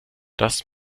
das